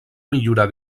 millorar